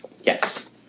Yes